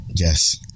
Yes